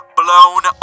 blown